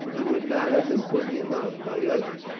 and would not have been put in your mouth by others,